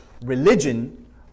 religion